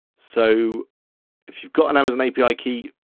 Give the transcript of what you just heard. so if you've got an amazon api key,